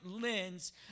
lens